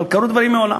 אבל קרו דברים מעולם.